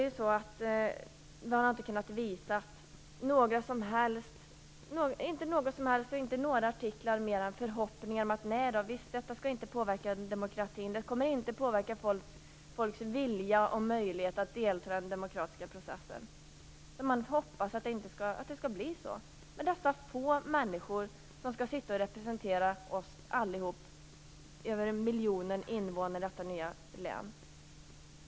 Man har inte kunnat visa något annat än förhoppningar om att detta inte skall påverka demokratin. Det kommer inte att påverka folks vilja eller möjlighet att delta i den demokratiska processen. Man hoppas att det skall bli så. Men dessa få människor skall representera över en miljon invånare i detta nya län.